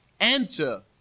Enter